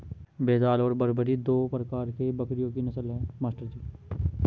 बेताल और बरबरी दो प्रकार के बकरियों की नस्ल है मास्टर जी